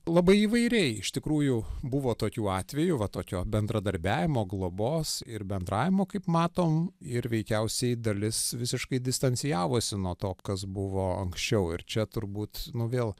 labai įvairiai iš tikrųjų buvo tokių atvejų va tokio bendradarbiavimo globos ir bendravimo kaip matom ir veikiausiai dalis visiškai distancijavosi nuo to kas buvo anksčiau ir čia turbūt nu vėl